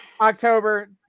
October